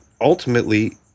ultimately